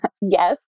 Yes